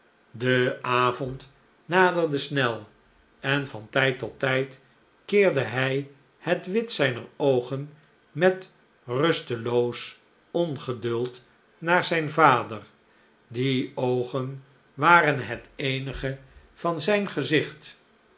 de avond naderde snel en van tijd tot tyd keerde hij het wit zijner oogen met rusteloos ongeduld naar zijn vader die oogen waren het eenige van zijn gezicht